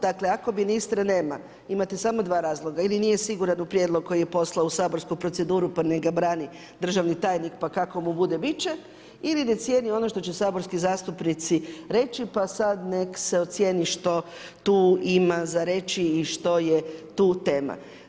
Dakle ako ministra nema, imate samo dva razloga ili nije siguran u prijedlog koji je poslao u saborsku proceduru pa nek ga brani državni tajnik pa kako mu bude bit će ili ne cijeni ono što će saborski zastupnici reći pa sada nek se ocijeni što tu ima za reći i što je tu tema.